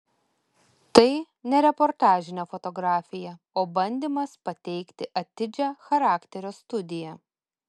tai ne reportažinė fotografija o bandymas pateikti atidžią charakterio studiją